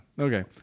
Okay